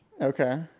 Okay